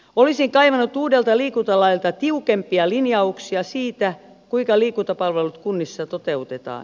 olisin kaivannut uudelta liikuntalailta tiukempia linjauksia siitä kuinka liikuntapalvelut kunnissa toteutetaan